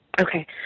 Okay